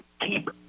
keep